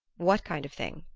what kind of thing?